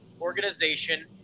organization